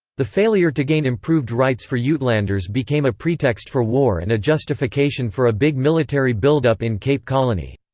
the failure to gain improved rights for yeah uitlanders became a pretext for war and a justification for a big military buildup in cape colony.